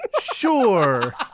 Sure